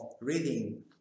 reading